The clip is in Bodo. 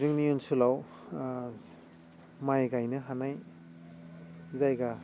जोंनि ओनसोलाव माइ गायनो हानाय जायगा एबा